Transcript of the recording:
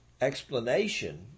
explanation